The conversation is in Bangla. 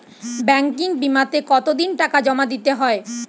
ব্যাঙ্কিং বিমাতে কত দিন টাকা জমা দিতে হয়?